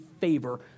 favor